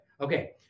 Okay